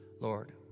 Lord